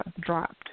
dropped